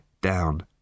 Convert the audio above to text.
down